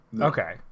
Okay